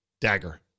Dagger